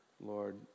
Lord